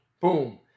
Boom